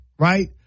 Right